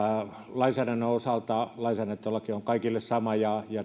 lainsäädännön osalta lainsäädäntölaki on kaikille sama ja ja